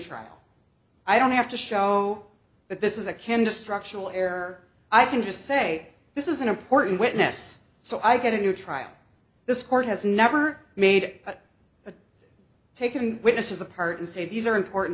trial i don't have to show that this is a kinda structural error i can just say this is an important witness so i get a new trial this court has never made it taken witnesses apart and say these are important